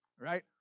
right